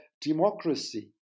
democracy